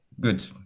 good